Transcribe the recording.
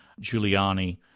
Giuliani